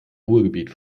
ruhrgebiet